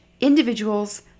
individuals